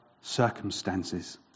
circumstances